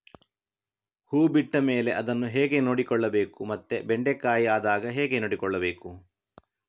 ಹೂ ಬಿಟ್ಟ ಮೇಲೆ ಅದನ್ನು ಹೇಗೆ ನೋಡಿಕೊಳ್ಳಬೇಕು ಮತ್ತೆ ಬೆಂಡೆ ಕಾಯಿ ಆದಾಗ ಹೇಗೆ ನೋಡಿಕೊಳ್ಳಬೇಕು?